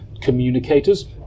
communicators